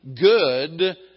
good